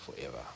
forever